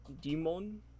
demon